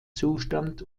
zustand